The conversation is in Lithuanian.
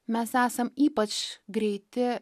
mes esam ypač greiti